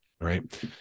right